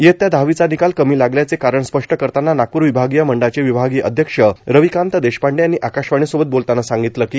इयता दहाविचा निकाल कमी लागल्याचे कारण स्पष्ट करतांना नागपूर विभागीय मंडळाचे विभागीय अध्यक्ष रविकांत देशपांडे यांनी आकाशवाणी सोबत बोलतांना सांगितले की